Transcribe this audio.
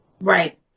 Right